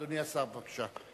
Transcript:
אדוני השר, בבקשה.